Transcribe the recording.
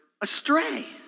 astray